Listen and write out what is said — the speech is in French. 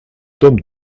tome